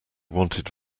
wanted